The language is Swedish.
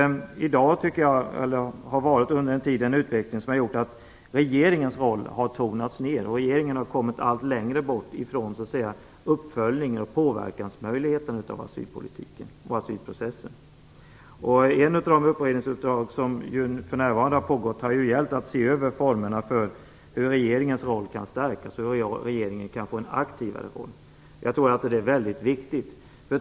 Det har varit en utveckling som har gjort att regeringens roll har tonats ned. Regeringen har kommit allt längre bort från uppföljningen och möjligheten att påverka asylpolitiken och asylprocessen. Ett av utredningsuppdragen har ju gällt att se över formerna för hur regeringens roll kan stärkas och hur regeringen kan få en aktivare roll. Det är väldigt viktigt.